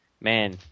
man